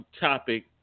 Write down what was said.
topic